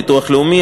ביטוח לאומי,